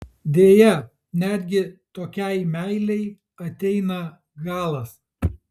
deja netgi tokiai meilei ateina galas